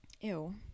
Ew